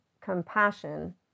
compassion